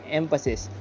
emphasis